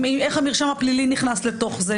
איך המרשם הפלילי נכנס לתוך זה,